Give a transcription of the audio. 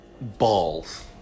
balls